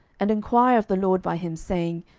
and enquire of the lord by him, saying,